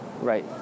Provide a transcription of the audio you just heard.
Right